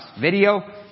Video